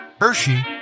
Hershey